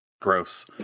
Gross